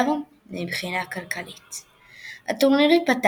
40 נבחרות 10